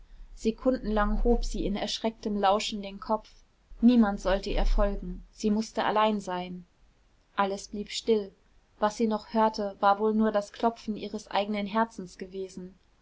sekundenlang hob sie in erschrecktem lauschen den kopf niemand sollte ihr folgen sie mußte allein sein alles blieb still was sie noch hörte war wohl nur das klopfen ihres eigenen herzens gewesen